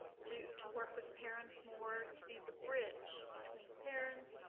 to to work with parents more, to be the bridge between parents,